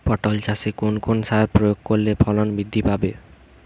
পটল চাষে কোন কোন সার প্রয়োগ করলে ফলন বৃদ্ধি পায়?